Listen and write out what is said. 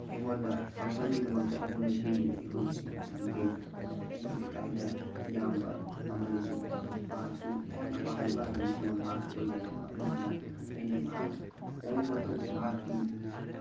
ꯑꯩꯉꯣꯟꯗ ꯐꯪꯅꯕꯒꯤꯗꯃꯛꯇ ꯑꯩꯉꯣꯟꯗ ꯄꯤꯔꯤꯕ ꯏꯍꯨꯜꯁꯤꯡ ꯑꯁꯤꯗꯤ ꯀꯩꯅꯣ ꯍꯥꯏꯔꯀꯥꯟꯗ ꯑꯩꯒꯤ ꯂꯩꯀꯥꯏꯗ ꯏꯌꯥꯝꯕ ꯑꯃ ꯂꯩꯖꯩ ꯃꯍꯥꯛꯁꯨ ꯑꯩꯍꯥꯛꯅ ꯄꯥꯝꯂꯤꯕ ꯑꯥꯔꯃꯤꯁꯤꯃꯛ ꯃꯍꯥꯛꯁꯨ ꯑꯣꯏꯖꯩꯑꯕ ꯑꯗꯨꯗꯨꯅ ꯑꯩꯅ ꯃꯍꯥꯛꯀꯤ ꯃꯑꯣꯡ ꯃꯇꯧ ꯃꯍꯥꯛꯀꯤ